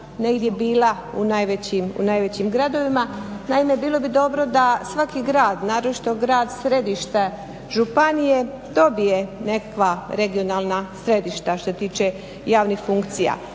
negdje bila u najvećim gradovima. Naime, bilo bi dobro da svaki grad naročito grad središte županije dobije nekakva regionalna središta što se tiče javnih funkcija.